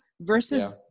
versus